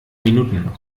minuten